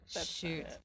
Shoot